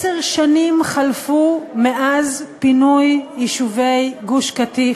עשר שנים חלפו מאז פינוי יישובי גוש-קטיף,